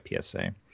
PSA